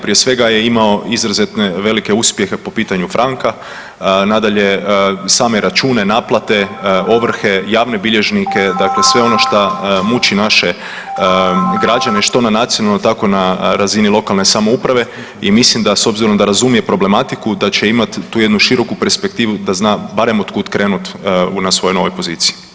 Prije svega je imao izrazito velike uspjehe po pitanju „Franka“, nadalje, same račune naplate, ovrhe, javne bilježnike, dakle sve ono šta muči naše građane, što na nacionalnoj, tako na razini lokalne samouprave, i mislim da, s obzirom da razumije problematiku da će imati tu jednu široku perspektivu da zna barem od kud krenuti na svojoj novoj poziciji.